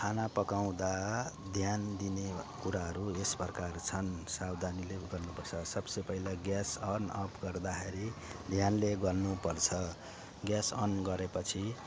खाना पकाउँदा ध्यान दिने कुराहरू यस प्रकार छन् सावधानीले गर्नुपर्छ सबसे पहिला ग्यास अन् अफ् गर्दाखेरि ध्यानले गर्नुपर्छ ग्यास अन् गरेपछि